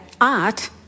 art